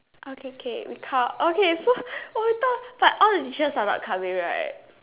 okay okay we count okay so we thought but all decisions are about cup way right